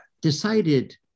decided